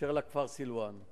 אשר לכפר סילואן,